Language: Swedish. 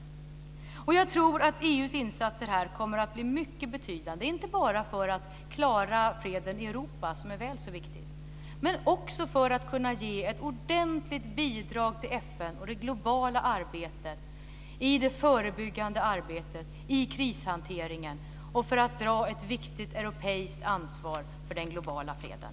Jag tror att EU:s insatser här kommer att bli mycket betydande, inte bara för att klara freden i Europa, som är väl så viktig, utan också för att kunna ge ett ordentligt bidrag till FN och det globala förebyggande arbetet, i krishanteringen och för att ta ett viktigt europeiskt ansvar för den globala freden.